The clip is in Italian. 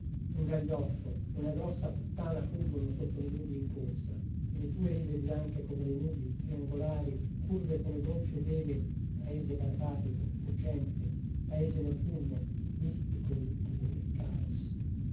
un gaglioffo una grossa puttana fuggono sotto le nubi in corsa e le tue rive bianche come le nubi triangolari curve come gonfie vele paese barbarico fuggente paese notturno mistico incubo del caos